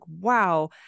wow